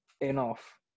enough